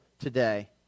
today